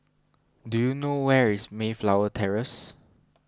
do you know where is Mayflower Terrace